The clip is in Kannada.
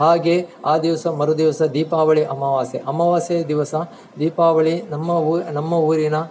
ಹಾಗೇ ಆ ದಿವಸ ಮರುದಿವಸ ದೀಪಾವಳಿ ಅಮಾವಾಸ್ಯೆ ಅಮಾವಾಸ್ಯೆ ದಿವಸ ದೀಪಾವಳಿ ನಮ್ಮ ಊ ಊರಿನ